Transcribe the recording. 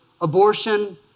abortion